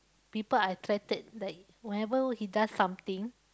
people are attracted like whenever he does something